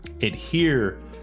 adhere